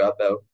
dropout